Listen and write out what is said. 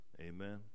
Amen